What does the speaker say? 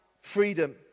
freedom